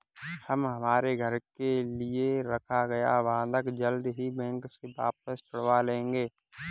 हम हमारे घर के लिए रखा गया बंधक जल्द ही बैंक से वापस छुड़वा लेंगे